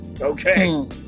Okay